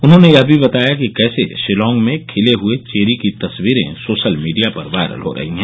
उन्होंने यह भी बताया कि कैसे शिलॉग में खिले हए चेरी की तस्वीरें सोशल मीडिया पर वायरल हो रही हैं